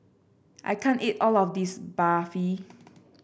I can't eat all of this Barfi